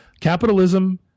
capitalism